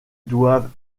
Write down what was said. doivent